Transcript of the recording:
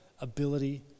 ability